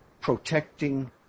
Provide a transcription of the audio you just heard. protecting